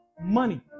money